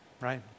right